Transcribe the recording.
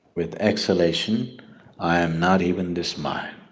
with exhalation i'm not even this mind.